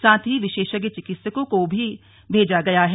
साथ ही विशेषज्ञ चिकित्सकों को भी भेजा गया है